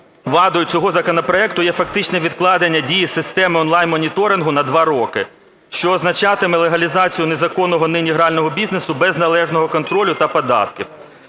вадою цього законопроекту є фактичне відкладення дії системи онлайн-моніторингу на два роки, що означатиме легалізацію незаконного нині грального бізнесу без належного контролю та податків.